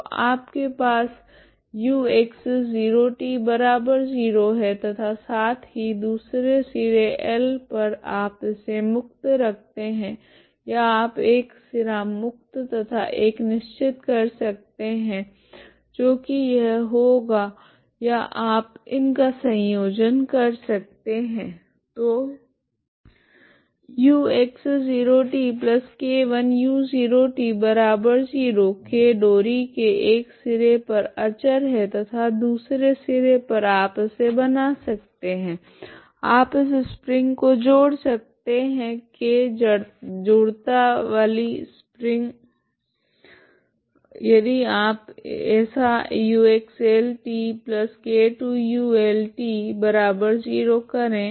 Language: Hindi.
तो आपके पास ux0t0 है तथा साथ ही दूसरे सिरे L पर आप इसे मुक्त रखते है या आप एक सिरा मुक्त तथा एक निश्चित कर सकते है जो की यह होगा या आप इनका संयोजन कर सकते है तो ux 0t k1 u 0 t0 k डोरी के एक सिरे पर अचर है तथा दूसरे सिरे पर आप इसे बना सकते है आप इस स्प्रिंग को जोड़ सकते है k जड़ता वाली स्प्रिंग यदि आप ऐसा ux Lt k2 u Lt 0 करे